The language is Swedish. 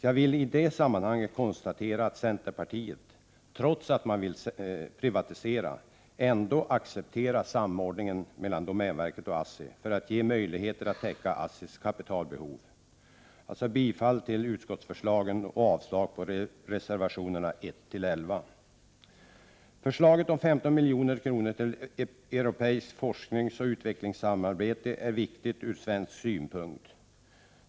Jag vill i det här sammanhanget konstatera att centerpartiet, trots att man vill privatisera, accepterar samordningen mellan domänverket och ASSI för att ge möjligheter till täckning av ASSI:s kapitalbehov. Jag yrkar bifall till utskottets hemställan på denna punkt och avslag på reservationerna 1-11. Så till förslaget om 15 milj.kr. till ett europeiskt forskningsoch utvecklingssamarbete. Det här är viktigt ur svensk synpunkt.